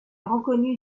reconnu